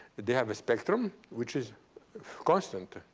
they have a spectrum, which is constant.